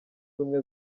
ubumwe